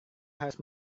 harus